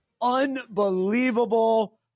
unbelievable